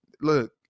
look